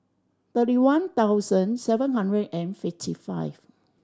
thirty one thousand seven hundred and fifty five